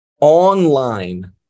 online